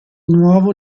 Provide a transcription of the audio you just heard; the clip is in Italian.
nuovo